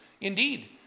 Indeed